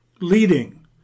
leading